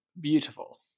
beautiful